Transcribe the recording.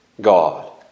God